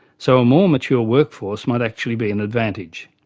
so a more mature workforce might actually be an advantage.